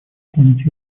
оценить